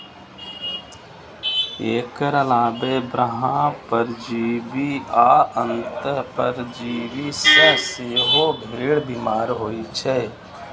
एकर अलावे बाह्य परजीवी आ अंतः परजीवी सं सेहो भेड़ बीमार होइ छै